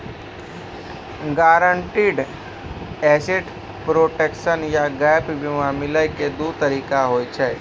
guaranteed asset protection या gap बीमा मिलै के दु तरीका होय छै